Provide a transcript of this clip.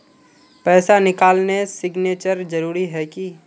पैसा निकालने सिग्नेचर जरुरी है की?